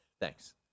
Thanks